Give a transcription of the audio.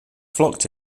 flocked